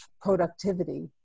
productivity